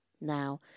Now